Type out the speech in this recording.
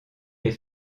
les